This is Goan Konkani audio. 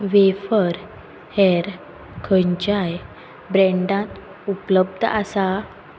वेफर हेर खंयच्याय ब्रँडात उपलब्ध आसात